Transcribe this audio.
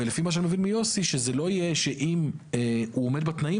אני מבין מיוסי שזה לא יהיה שאם הוא עומד בתנאים